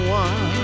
one